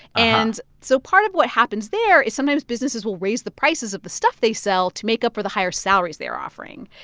and so part of what happens there is sometimes businesses will raise the prices of the stuff they sell to make up for the higher salaries they're offering.